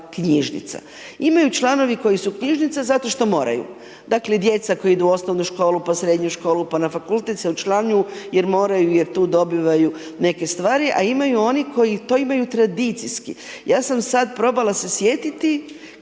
imaju članovi koji su knjižnica zato što moraju, dakle djeca koja idu u osnovnu školu, pa srednju školu, pa na fakultet se učlanjuju jer moraju jer tu dobivaju neke stvari, a ima i onih koji to imaju tradicijski, ja sam sad probala se sjetiti